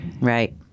Right